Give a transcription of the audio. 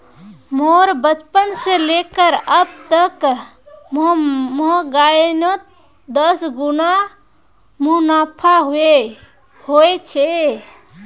मोर बचपन से लेकर अब तक महंगाईयोत दस गुना मुनाफा होए छे